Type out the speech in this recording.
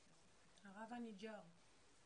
הרב אניג'ר.